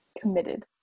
committed